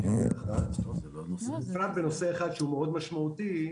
בפער 61. בפרט בנושא אחד שהוא מאוד משמעותי,